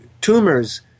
tumors